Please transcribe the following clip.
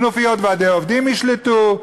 כנופיות ועדי עובדים ישלטו,